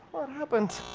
happened?